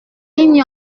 n’y